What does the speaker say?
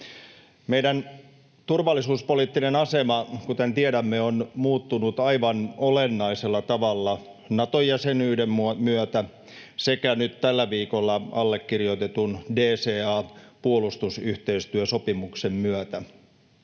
Meidän turvallisuuspoliittinen asemamme, kuten tiedämme, on muuttunut aivan olennaisella tavalla Nato-jäsenyyden myötä sekä nyt tällä viikolla allekirjoitetun DCA-puolustusyhteistyösopimuksen myötä.